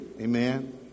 Amen